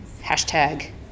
hashtag